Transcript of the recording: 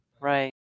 Right